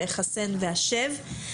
חסן והשב",